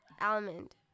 Almond